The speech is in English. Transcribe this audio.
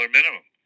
minimum